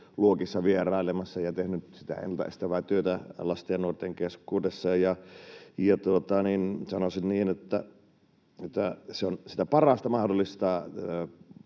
koululuokissa vierailemassa ja tehnyt sitä ennalta estävää työtä lasten ja nuorten keskuudessa. Sanoisin niin, että se on sitä parasta mahdollista